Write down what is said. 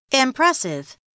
impressive